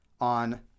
on